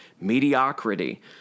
mediocrity